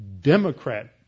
Democrat